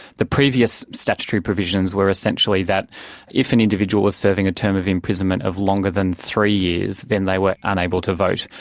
the previous statutory provisions were essentially that if an individual was serving a term of imprisonment of longer than three years then they were unable to vote.